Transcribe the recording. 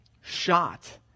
shot